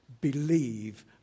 Believe